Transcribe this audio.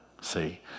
See